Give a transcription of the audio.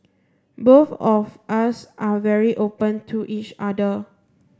both of us are very open to each other